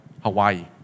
Hawaii